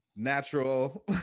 natural